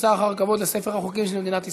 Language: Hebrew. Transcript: אחר כבוד לספר החוקים של מדינת ישראל.